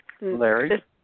Larry